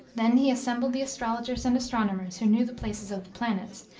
then he assembled the astrologers and astronomers who knew the places of the planets,